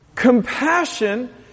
compassion